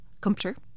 computer